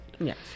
Yes